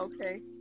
Okay